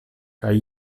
kaj